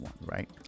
right